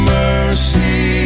mercy